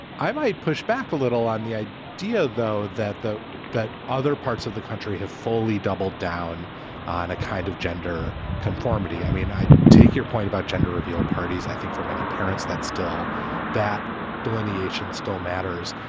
i might push back a little on the idea, though, that the that other parts of the country have fully doubled down on a kind of gender conformity. i mean, i take your point about gender reveal parties. i think for many parents that still that delineation still matters.